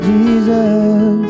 Jesus